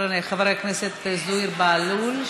חבר הכנסת זוהיר בהלול,